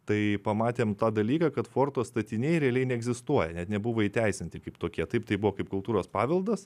tai pamatėm tą dalyką kad forto statiniai realiai neegzistuoja net nebuvo įteisinti kaip tokie taip tai buvo kaip kultūros paveldas